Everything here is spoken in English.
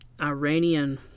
Iranian